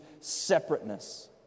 separateness